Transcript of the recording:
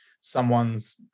someone's